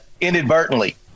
inadvertently